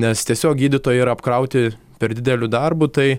nes tiesiog gydytojai yra apkrauti per dideliu darbu tai